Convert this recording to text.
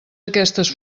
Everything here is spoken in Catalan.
aquestes